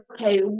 Okay